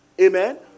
Amen